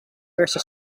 verse